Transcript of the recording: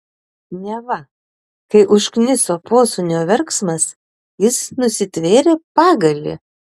neva kai užkniso posūnio verksmas jis nusitvėrė pagalį